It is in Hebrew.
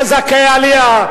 זכאי עלייה,